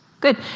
Good